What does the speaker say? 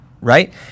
right